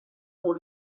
pour